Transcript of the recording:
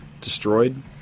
destroyed